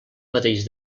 mateix